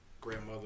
grandmother